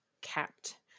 capped